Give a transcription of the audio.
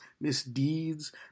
misdeeds